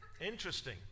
interesting